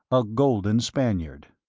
a golden spaniard.